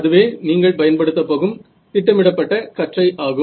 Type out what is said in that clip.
அதுவே நீங்கள் பயன்படுத்தப் போகும் திட்டமிடப்பட்ட கற்றை ஆகும்